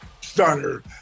stunner